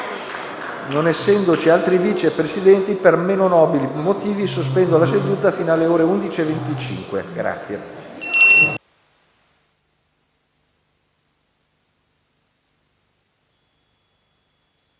Non essendo presenti altri Vice Presidenti, per meno nobili motivi sospendo la seduta fino alle ore 11,25. *(La